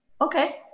okay